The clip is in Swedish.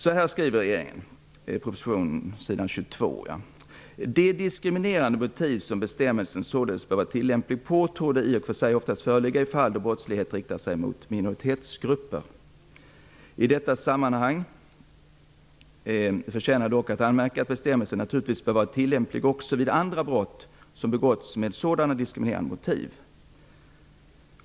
Så här skriver regeringen på s. 22 i proposition 1993/94:101: "De diskriminerande motiv som bestämmelsen således bör vara tiIlämplig på torde i och för sig oftast föreligga i faIl då brottslighet riktar sig mot minoritetsgrupper. I detta sammanhang förtjänar dock att anmärkas att bestämmelsen naturligtvis bör vara tiIlämplig också vid andra brott som begåtts med sådana diskriminerande motiv.